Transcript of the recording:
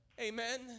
Amen